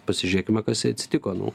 pasižiūrėkime kas jai atsitiko nu